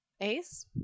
Ace